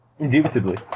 Indubitably